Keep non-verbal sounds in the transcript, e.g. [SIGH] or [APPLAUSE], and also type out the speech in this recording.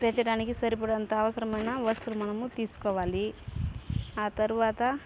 పెంచడానికి సరిపడంత అవసరమైన [UNINTELLIGIBLE] మనము తీసుకోవాలి ఆ తర్వాత